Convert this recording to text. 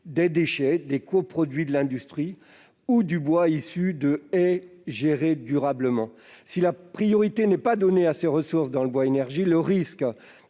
des déchets des coproduits de l'industrie, ou qu'il soit issu de haies gérées durablement. Si la priorité n'est pas donnée à ces ressources au sein de la filière